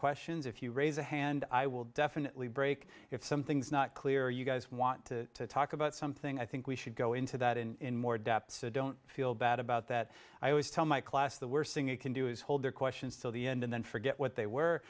questions if you raise a hand i will definitely break if something's not clear you guys want to talk about something i think we should go into that in more depth so don't feel bad about that i always tell my class the worst thing you can do is hold their questions still and then forget what they were